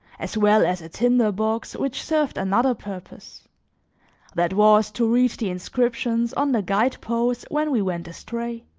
as well as a tinder-box which served another purpose that was to read the inscriptions on the guide-posts when we went astray,